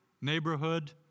neighborhood